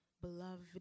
beloved